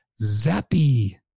zappy